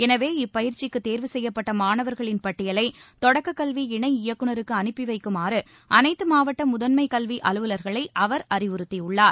எனவே இப்பயிற்சிக்குத் தேர்வு செய்யப்பட்ட மாணவர்களின் பட்டியலை தொடக்கக்கல்வி இணை இயக்குநருக்கு அனுப்பி வைக்குமாறு அனைத்து மாவட்ட முதன்ம கல்வி அலுவலர்களை அவர் அறிவுறுத்தியுள்ளார்